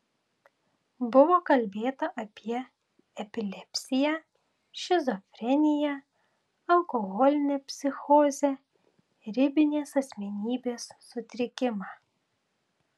buvo kalbėta apie epilepsiją šizofreniją alkoholinę psichozę ribinės asmenybės sutrikimą